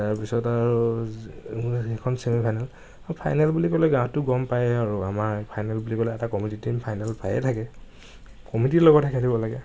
তাৰ পিছত আৰু যি মানে সেইখন চেমিফাইনেল আৰু ফাইনেল বুলি ক'লে গাঁৱতটো গম পায়েই আৰু আমাৰ ফাইনেল বুলি ক'লে এটা কমিটিৰ টিম ফাইনেল পায়েই থাকে কমিটিৰ লগতহে খেলিব লাগে